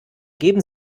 geben